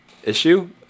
issue